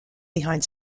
behind